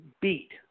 beat